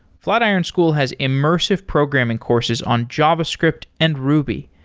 flatiron school has immersive programming courses on javascript and ruby,